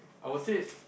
I would say